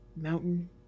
mountain